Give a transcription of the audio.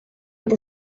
with